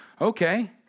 okay